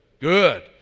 good